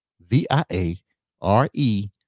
V-I-A-R-E